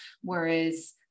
whereas